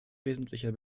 wesentlicher